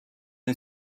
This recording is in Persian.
این